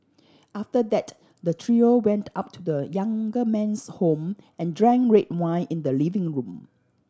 after that the trio went up to the younger man's home and drank red wine in the living room